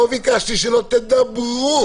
לא ביקשתי שלא תדברו.